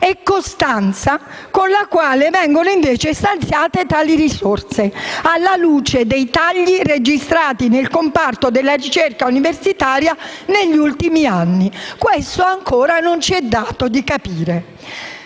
e costanza con le quali vengono invece stanziate tali risorse, alla luce dei tagli registrati nel comparto della ricerca universitaria negli ultimi anni. Questo ancora non ci è dato di capire.